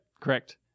Correct